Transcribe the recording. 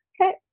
okay